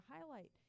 highlight